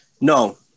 No